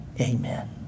Amen